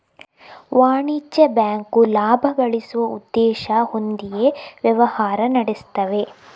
ವಾಣಿಜ್ಯ ಬ್ಯಾಂಕು ಲಾಭ ಗಳಿಸುವ ಉದ್ದೇಶ ಹೊಂದಿಯೇ ವ್ಯವಹಾರ ನಡೆಸ್ತವೆ